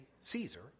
Caesar